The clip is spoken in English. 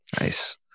Nice